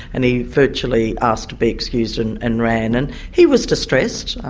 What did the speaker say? and he virtually asked to be excused and and ran, and he was distressed,